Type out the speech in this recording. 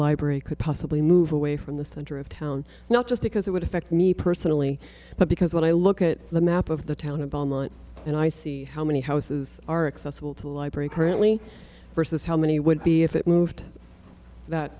library could possibly move away from the center of town not just because it would affect me personally but because when i look at the map of the town of beaumont and i see how many houses are accessible to library currently versus how many would be if it moved about